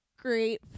great